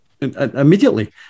immediately